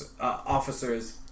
officers